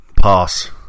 Pass